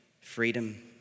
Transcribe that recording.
Freedom